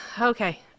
okay